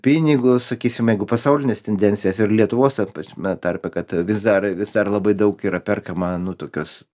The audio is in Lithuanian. pinigus sakysim jeigu pasaulines tendencijas ir lietuvos ten prasme tarpe kad vis dar vis dar labai daug yra perkama nu tokios